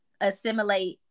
assimilate